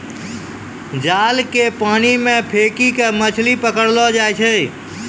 जाल के पानी मे फेकी के मछली पकड़लो जाय छै